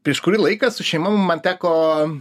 prieš kurį laiką su šeima man teko